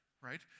right